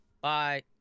Bye